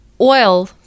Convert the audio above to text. oil